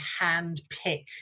handpick